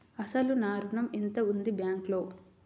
అసలు నా ఋణం ఎంతవుంది బ్యాంక్లో?